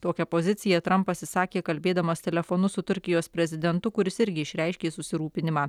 tokią poziciją trampas išsakė kalbėdamas telefonu su turkijos prezidentu kuris irgi išreiškė susirūpinimą